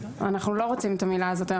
אנחנו לא רוצים את המילה הזאת.